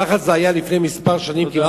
ככה זה היה לפני כמה שנים, תודה.